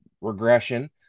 regression